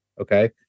Okay